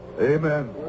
Amen